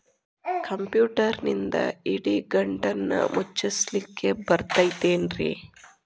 ಕಂಪ್ಯೂಟರ್ನಿಂದ್ ಇಡಿಗಂಟನ್ನ ಮುಚ್ಚಸ್ಲಿಕ್ಕೆ ಬರತೈತೇನ್ರೇ?